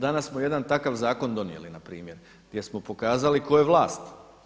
Danas smo jedan takav zakon donijeli na primjer, gdje smo pokazali tko je vlast.